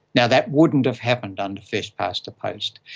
now, that wouldn't have happened under first-past-the-post.